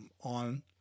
On